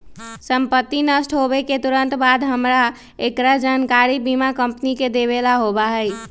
संपत्ति नष्ट होवे के तुरंत बाद हमरा एकरा जानकारी बीमा कंपनी के देवे ला होबा हई